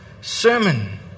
sermon